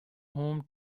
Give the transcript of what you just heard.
home